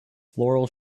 floral